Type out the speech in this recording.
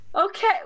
Okay